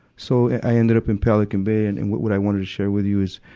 so, i ended up in pelican bay. and and what what i wanted to share with you is,